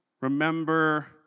Remember